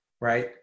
right